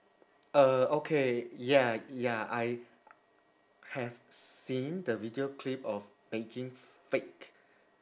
uh okay ya ya I have seen the video clip of making fake